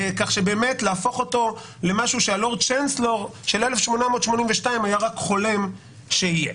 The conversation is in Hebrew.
כך שבאמת להפוך אותו למשהו שהלורד צ'נסלור של 1882 היה רק חולם שיהיה.